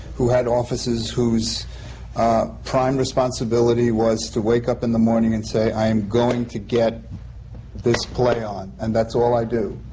who had offices, whose prime responsibility was to wake up in the morning and say, i am going to get this play on and that's all i do.